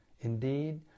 Indeed